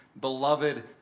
beloved